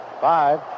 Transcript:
Five